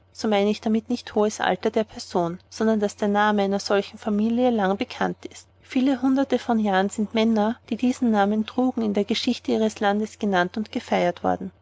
so meine ich damit nicht hohes alter der personen sondern daß der name einer solchen familie lange bekannt ist vielleicht hunderte von jahren sind männer die diesen namen trugen in der geschichte ihres landes genannt und gefeiert worden